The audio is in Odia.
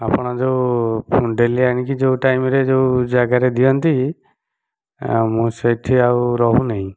ଆପଣ ଯେଉଁ ଡ଼େଲି ଆଣିକି ଯେଉଁ ଟାଇମ୍ ରେ ଯେଉଁ ଜାଗାରେ ଦିଅନ୍ତି ମୁଁ ସେଇଠି ଆଉ ରହୁନାହିଁ